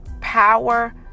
power